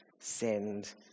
Send